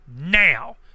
now